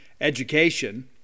education